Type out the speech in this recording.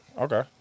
Okay